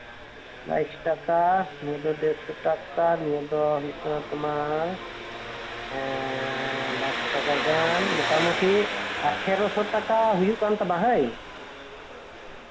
ᱵᱟᱭᱤᱥ ᱴᱟᱠᱟ ᱱᱤᱭᱟᱹ ᱫᱚ ᱫᱮᱲᱥᱚ ᱴᱟᱠᱟ ᱱᱚᱰᱮ ᱫᱚ ᱦᱩᱭᱩᱜ ᱠᱟᱱᱟ ᱛᱟᱢᱟ ᱛᱳᱢᱟᱨ ᱮᱸᱜ ᱵᱟᱨᱥᱚ ᱴᱟᱠᱟ ᱜᱟᱱ ᱢᱚᱴᱟᱢᱩᱴᱤ ᱟᱴᱷᱮᱨᱚᱥᱚ ᱴᱟᱠᱟ ᱦᱩᱭᱩᱜ ᱠᱟᱱ ᱛᱟᱢᱟ ᱦᱟᱹᱭ